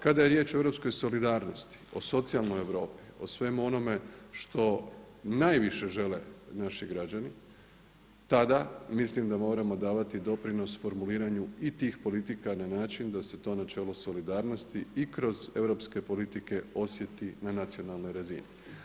Kada je riječ o europskoj solidarnosti, o socijalnoj Europi, o svemu onome što najviše žele naši građani, tada mislim da moramo davati doprinos formuliranju i tih politika na način da se to načelo solidarnosti i kroz europske politike osjeti na nacionalnoj razini.